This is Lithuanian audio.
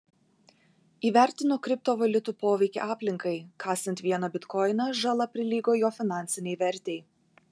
įvertino kriptovaliutų poveikį aplinkai kasant vieną bitkoiną žala prilygo jo finansinei vertei